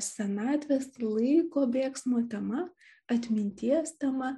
senatvės tai laiko bėgsmo tema atminties tema